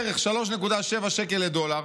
בערך 3.70 שקל לדולר.